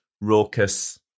raucous